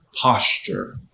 posture